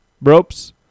Ropes